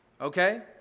Okay